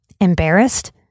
embarrassed